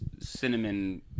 cinnamon